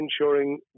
ensuring